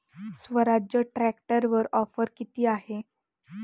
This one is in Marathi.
स्वराज्य ट्रॅक्टरवर ऑफर किती आहे?